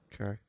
Okay